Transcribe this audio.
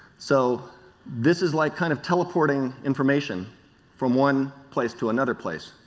so this is like kind of teleporting information from one place to another place,